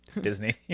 Disney